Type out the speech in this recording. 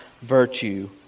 virtue